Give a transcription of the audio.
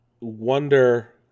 wonder